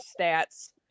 stats